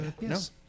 yes